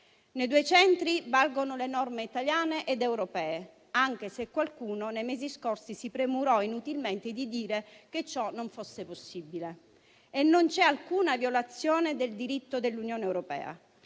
Nei due centri valgono le norme italiane ed europee, anche se qualcuno nei mesi scorsi si è premurato inutilmente di dire che ciò non sia possibile. E non c'è alcuna violazione del diritto dell'Unione europea.